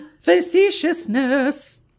facetiousness